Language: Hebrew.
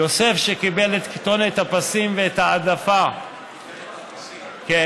יוסף שקיבל את כותונת הפסים ואת ההעדפה, כן.